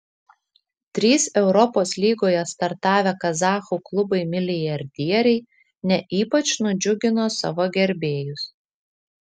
trys europos lygoje startavę kazachų klubai milijardieriai ne ypač nudžiugino savo gerbėjus